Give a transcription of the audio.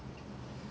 mm